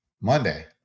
Monday